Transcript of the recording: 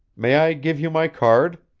may i give you my card?